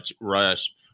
rush